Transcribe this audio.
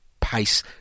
pace